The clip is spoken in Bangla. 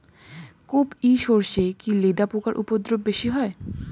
কোপ ই সরষে কি লেদা পোকার উপদ্রব বেশি হয়?